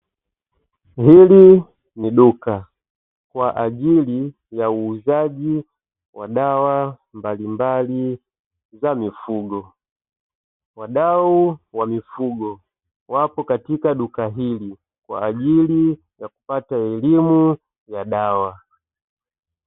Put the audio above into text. Hili ni duka kwa ajili ya uuzaji wa dawa mbalimbali za mifugo, wadau wa mifugo wapo katika duka hili kwa ajili ya kupata elimu ya dawa.